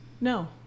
No